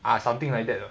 ah something like that lah